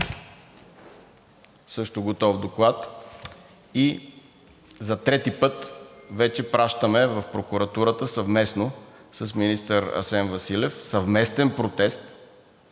също готов доклад, и за трети път вече пращаме в прокуратурата, съвместно с министър Асен Василев – съвместен протест,